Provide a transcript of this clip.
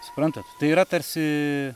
suprantat tai yra tarsi